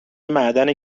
معدن